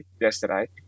yesterday